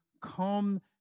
come